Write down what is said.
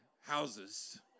houses